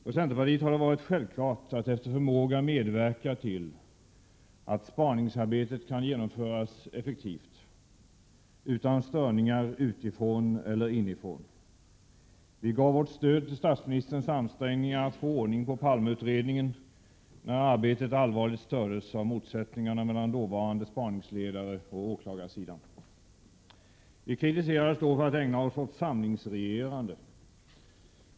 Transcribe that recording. För centerpartiet har det varit självklart att efter förmåga medverka till att spaningsarbetet kan genomföras effektivt, utan störningar utifrån eller inifrån. Vi gav vårt stöd till statsministerns ansträngningar att få ordning på Palmeutredningen, när arbetet allvarligt stördes av motsättningarna mellan dåvarande spaningsledare och åklagarsidan. Vi kritiserades då för att ägna oss åt ”samlingsregerande”.